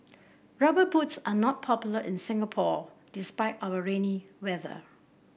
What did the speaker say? rubber boots are not popular in Singapore despite our rainy weather